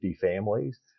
families